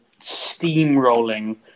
steamrolling